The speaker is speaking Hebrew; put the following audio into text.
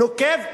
נוקב,